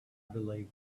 believe